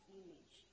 image